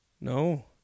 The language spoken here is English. No